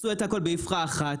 עשו את הכול באבחה אחת,